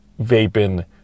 vaping